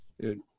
Dude